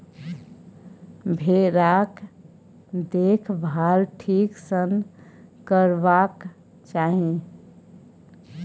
भेराक देखभाल ठीक सँ करबाक चाही